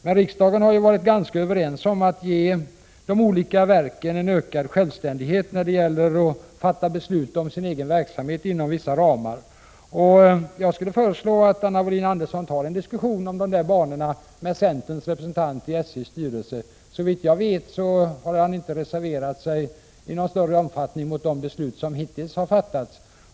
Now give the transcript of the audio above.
Men man har ju i riksdagen varit ganska överens om att ge de olika verken en ökad självständighet när det gäller att fatta beslut om sin egen verksamhet inom vissa ramar, och jag skulle vilja föreslå att Anna Wohlin-Andersson tar en diskussion om dessa banor med centerns representant i SJ:s styrelse. Såvitt jag vet har han inte reserverat sig i någon större omfattning mot de beslut som hittills har fattats.